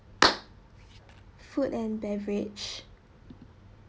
food and beverage